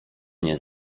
nie